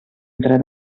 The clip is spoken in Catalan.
entre